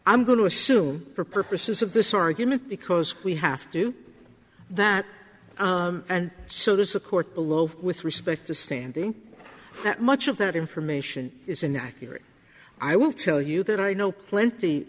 i'm going to assume for purposes of this argument because we have to do that and so there's a court below with respect to standing that much of that information is inaccurate i will tell you that i know plenty